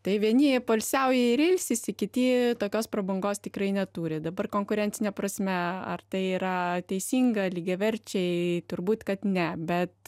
tai vieni poilsiauja ir ilsisi kiti tokios prabangos tikrai neturi dabar konkurencine prasme ar tai yra teisinga lygiaverčiai turbūt kad ne bet